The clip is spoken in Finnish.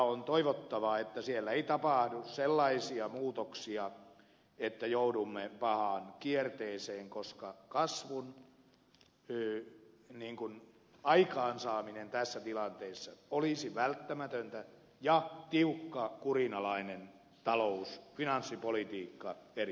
on toivottava että siellä ei tapahdu sellaisia muutoksia että joudumme pahaan kierteeseen koska kasvun aikaansaaminen tässä tilanteessa olisi välttämätöntä ja tiukka kurinalainen talous finanssipolitiikka eri maissa